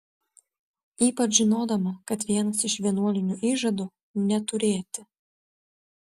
ypač žinodama kad vienas iš vienuolinių įžadų neturėti